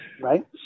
Right